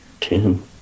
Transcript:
ten